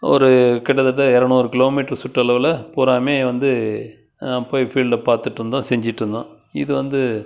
ஒரு கிட்டத்தட்ட இரநூறு கிலோமீட்டரு சுற்றளவில் பூராமே வந்து நான் போய் ஃபீல்டை பார்த்துட்ருந்தோம் செஞ்சிகிட்ருந்தோம் இது வந்து